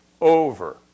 over